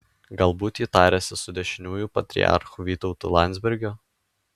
galbūt ji tariasi su dešiniųjų patriarchu vytautu landsbergiu